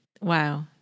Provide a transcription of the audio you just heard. Wow